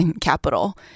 capital